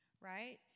right